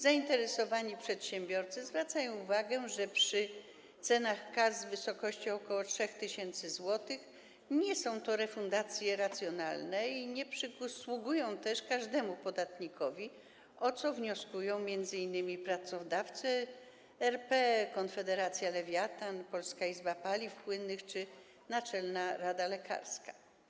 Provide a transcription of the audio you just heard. Zainteresowani przedsiębiorcy zwracają uwagę, że gdy ceny kas wynoszą ok. 3 tys. zł, nie są to refundacje racjonalne i nie przysługują też każdemu podatnikowi, o co wnioskują m.in. Pracodawcy RP, Konfederacja Lewiatan, Polska Izba Paliw Płynnych czy Naczelna Rada Lekarska.